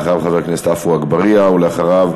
אחריו, חבר הכנסת עפו אגבאריה, ואחריו,